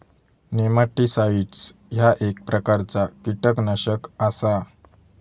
nematicides ह्या एक प्रकारचा कीटकनाशक आसा